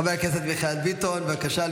חבר הכנסת מיכאל ביטון, בבקשה.